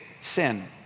sin